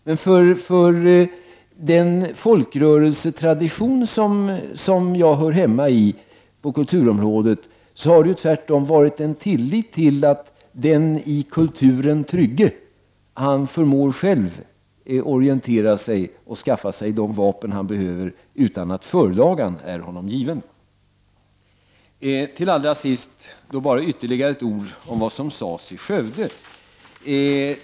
Men för den folkrörelsetradition på kulturområdet som jag hör hemma i har vi tvärtom haft en tilltro till att den i kulturen trygge själv förmår orientera sig och skaffa sig de vapen han behöver utan att förlagan är honom given. Jag vill slutligen säga ytterligare några ord om det som sades i Skövde.